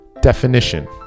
definition